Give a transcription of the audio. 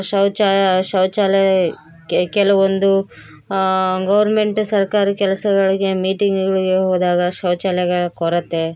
ಶೌಚಾ ಶೌಚಾಲಯ ಕೆಲವೊಂದು ಗೌರ್ಮೆಂಟ್ ಸರ್ಕಾರಿ ಕೆಲಸಗಳಿಗೆ ಮೀಟಿಂಗ್ಗಳಿಗೆ ಹೋದಾಗ ಶೌಚಾಲಯಗಳ ಕೊರತೆ